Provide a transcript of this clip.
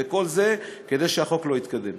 וכל זה כדי שהחוק לא יתקדם,